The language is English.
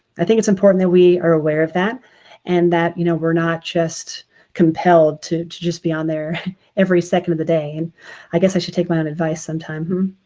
i think it's important that we are aware of that and that you know, we're not just compelled to to just be on there every second of the day. and i guess i should take my own advice sometime.